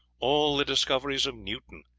all the discoveries of newton,